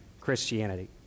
Christianity